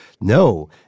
No